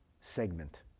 segment